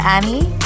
Annie